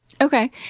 Okay